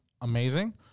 amazing